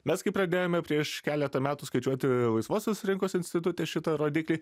mes kai pradėjome prieš keletą metų skaičiuoti laisvosios rinkos institute šitą rodiklį